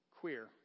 queer